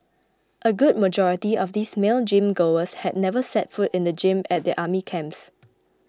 a good majority of these male gym goers had never set foot in the gym at their army camps